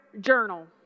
journal